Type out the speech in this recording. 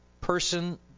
person